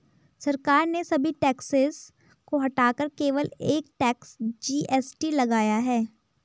सरकार ने सभी टैक्सेस को हटाकर केवल एक टैक्स, जी.एस.टी लगाया है